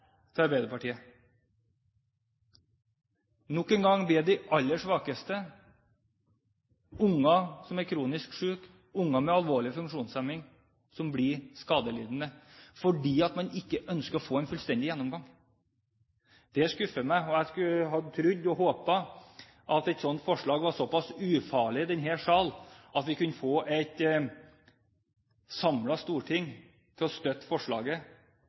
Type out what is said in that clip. til Arbeiderpartiet. Nok en gang er det de aller svakeste – unger som er kronisk syke, unger med alvorlig funksjonshemning – som blir skadelidende, fordi man ikke ønsker å få en fullstendig gjennomgang. Det skuffer meg. Jeg trodde og håpet at et slikt forslag var såpass ufarlig i denne salen at vi kunne fått et samlet storting til å støtte forslaget,